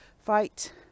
fight